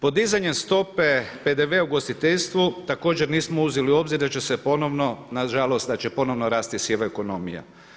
Podizanjem stope PDV-a u ugostiteljstvu također nismo uzeli u obzir da će se ponovno, na žalost da će ponovno rasti siva ekonomija.